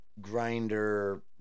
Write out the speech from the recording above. grinder